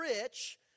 rich